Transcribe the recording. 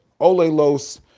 olelos